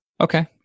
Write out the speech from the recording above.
Okay